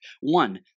one